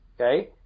Okay